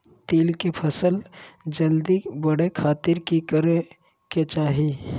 तिल के फसल जल्दी बड़े खातिर की करे के चाही?